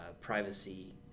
privacy